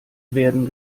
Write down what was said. werden